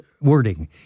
wording